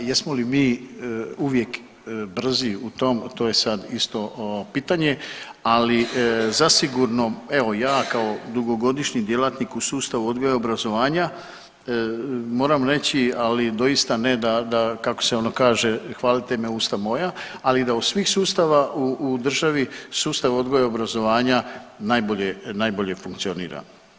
Jesmo li mi uvijek brzi u tom to je sad isto pitanje, ali zasigurno evo ja kao dugogodišnji djelatnik u sustavu odgoja i obrazovanja moram reći ali doista ne da, da kako se ono kaže hvalite me usta moja, ali da od svih sustava u državi sustav odgoja i obrazovanja najbolje, najbolje funkcionira.